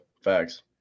facts